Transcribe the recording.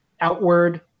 outward